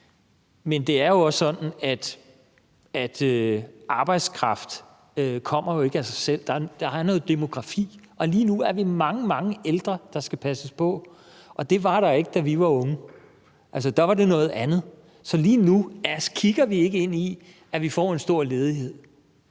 Men det er jo også sådan, at arbejdskraft ikke kommer af sig selv. Der er noget demografi, og lige nu er vi mange, mange ældre, der skal passes på, og det var der ikke, da vi var unge. Altså, der var det noget andet. Så lige nu kigger vi ikke ind i, at vi får en stor ledighed.